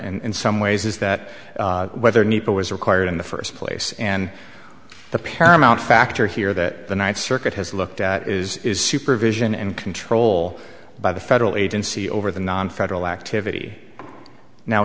and someways is that whether nepa was required in the first place and the paramount factor here that the ninth circuit has looked at is supervision and control by the federal agency over the nonfederal activity now